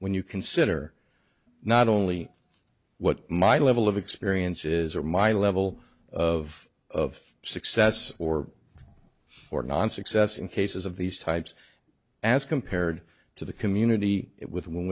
when you consider not only what my level of experience is or my level of of success or or nonsuccess in cases of these types as compared to the community it with